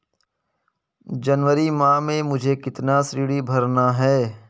जनवरी माह में मुझे कितना ऋण भरना है?